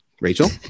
Rachel